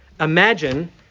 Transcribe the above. imagine